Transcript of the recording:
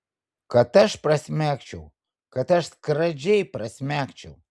kad aš prasmegčiau kad aš skradžiai prasmegčiau